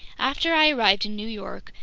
after i arrived in new york,